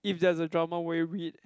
if there's a drama will you read